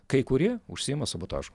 kai kurie užsiima sabotažu